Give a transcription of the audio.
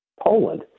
Poland